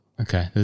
Okay